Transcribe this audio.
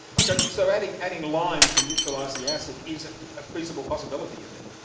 okay. so adding adding lime to neutralise the acid is a ah feasible possibility you think?